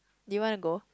do you want to go